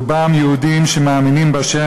רובם יהודים שמאמינים בה',